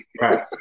Right